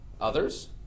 Others